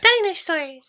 dinosaurs